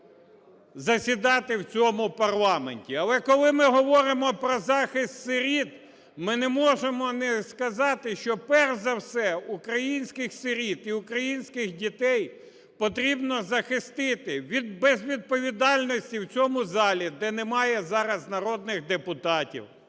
засідати в цьому парламенті. Але коли ми говоримо про захист сиріт, ми не можемо не сказати, що, перш за все, українських сиріт і українських дітей потрібно захистити від безвідповідальності в цьому залі, де немає зараз народних депутатів.